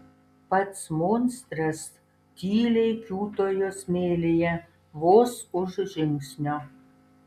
pats monstras tyliai kiūtojo smėlyje vos už žingsnio